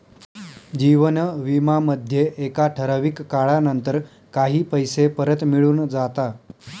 जीवन विमा मध्ये एका ठराविक काळानंतर काही पैसे परत मिळून जाता